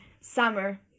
summer